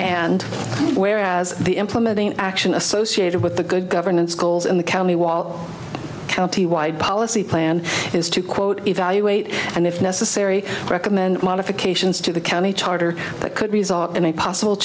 and whereas the implementing action associated with the good governance schools in the county wall county wide policy plan is to quote evaluate and if necessary recommend modifications to the county charter that could result in a possible